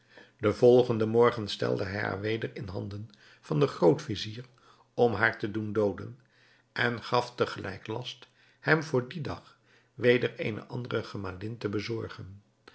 den volgenden morgen stelde hij haar weder in handen van den groot-vizier om haar te doen dooden en gaf te gelijk last hem voor dien dag weder eene andere gemalin te bezorgen